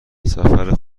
سفر